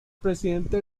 presidente